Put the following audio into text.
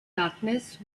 darkness